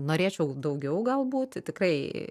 norėčiau daugiau galbūt tikrai